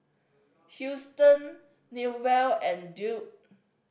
Houston Newell and Duke